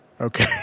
Okay